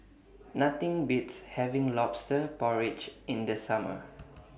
Nothing Beats having Lobster Porridge in The Summer